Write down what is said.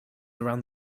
around